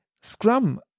Scrum